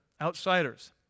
Outsiders